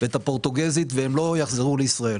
ואת הפורטוגזית, והם לא יחזרו לישראל.